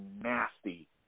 nasty